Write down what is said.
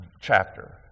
chapter